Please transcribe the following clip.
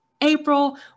April